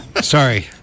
Sorry